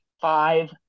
five